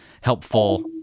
helpful